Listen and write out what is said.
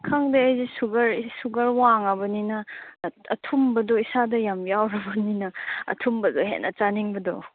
ꯈꯪꯗꯦ ꯑꯩꯁꯦ ꯁꯨꯒꯔ ꯋꯥꯡꯂꯕꯅꯤꯅ ꯑꯊꯨꯝꯕꯗꯣ ꯏꯁꯥꯗ ꯌꯥꯝ ꯌꯥꯎꯔꯕꯅꯤꯅ ꯑꯊꯨꯝꯕꯗꯣ ꯍꯦꯟꯅ ꯆꯥꯅꯤꯡꯕꯗꯣ